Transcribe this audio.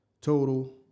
total